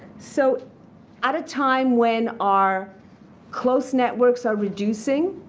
so at a time when our close networks are reducing,